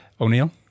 O'Neill